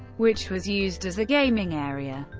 which was used as a gaming area.